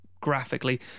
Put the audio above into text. Graphically